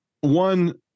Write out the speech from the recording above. One